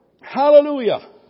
Hallelujah